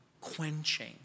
quenching